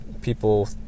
people